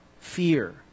fear